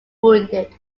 wounded